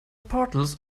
portals